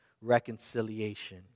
reconciliation